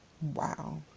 Wow